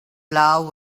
love